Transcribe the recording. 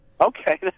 Okay